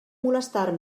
molestar